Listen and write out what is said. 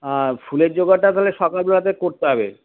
আর ফুলের জোগাড়টা তাহলে সকালবেলাতে করতে হবে